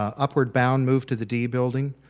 upward bound moved to the d building.